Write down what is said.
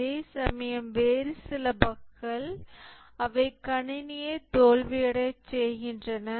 அதேசமயம் வேறு சில பஃக்கள் அவை கணினியை தோல்வியடையச் செய்கின்றன